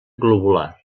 globular